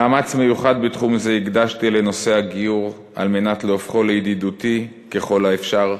מאמץ מיוחד בתחום זה הקדשתי לנושא הגיור כדי להופכו לידידותי ככל האפשר,